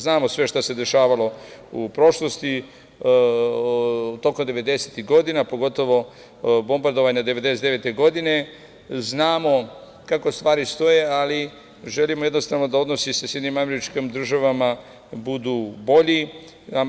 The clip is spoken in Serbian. Znamo sve šta se dešavalo u prošlosti tokom 90-ih godina, pogotovo bombardovanje 1999. godine, znamo kako stvari stoje, ali želimo jednostavno da odnosi sa Sjedinjenim Američkim Državama budu bolji.